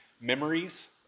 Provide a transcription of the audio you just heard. memories